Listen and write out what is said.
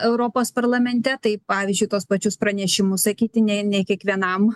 europos parlamente tai pavyzdžiui tuos pačius pranešimus sakyti ne kiekvienam